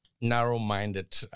narrow-minded